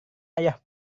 ayah